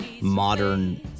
modern